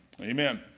Amen